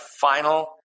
final